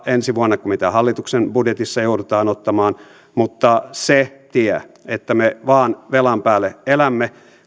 ensi vuonna lisää velkaa enemmän kuin mitä hallituksen budjetissa joudutaan ottamaan mutta nimenomaan se tie että me vain velan päälle elämme